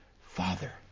Father